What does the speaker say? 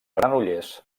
granollers